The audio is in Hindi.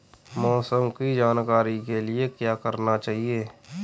मौसम की जानकारी के लिए क्या करना चाहिए?